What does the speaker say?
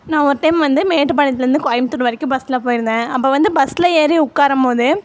நான் ஒரு டைம் வந்து மேட்டுப்பாளையத்துலேருந்து கோயம்த்தூர் வரைக்கும் பஸில் போயிருந்தேன் அப்போது வந்து பஸில் ஏறி உட்காரமோது